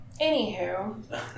anywho